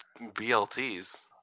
BLTs